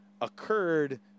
occurred